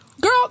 Girl